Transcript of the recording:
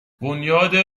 بنیاد